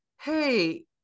Hey